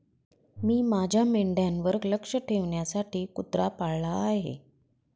मी माझ्या मेंढ्यांवर लक्ष ठेवण्यासाठी कुत्रा पाळला आहे